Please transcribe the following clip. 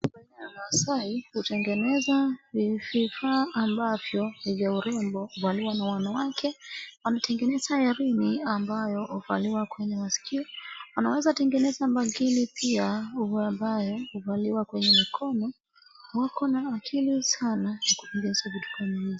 Wamasai hutengeneza hivi vifaa ambavyo ni vya urembo huvaliwa na wanawake. Wanatengeneza herini ambayo huvaliwa kwenye masikio. Wanaweza tengeneza bangili pia ambayo huvaliwa kwenye mikono. Wako na akili sana ya kutengeneza vitu kama hivi.